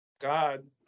god